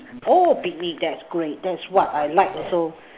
oh picnic that's great that's what I like also